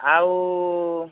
ଆଉ